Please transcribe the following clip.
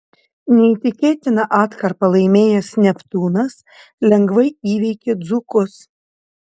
neįtikėtiną atkarpą laimėjęs neptūnas lengvai įveikė dzūkus